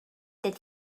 that